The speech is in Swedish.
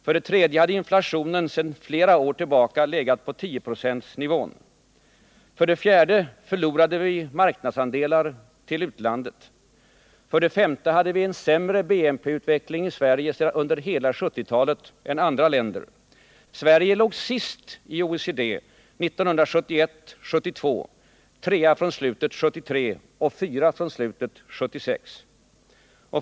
För det tredje hade inflationen sedan flera år tillbaka legat på 10 procentsnivån. För det fjärde förlorade vi marknadsandelar till utlandet. För det femte hade vi under hela 1970-talet en sämre BNP-utveckling än man hade i andra länder. Sverige låg sist i OECD 1971 och 1972, trea från slutet 1973 och fyra från slutet 1976.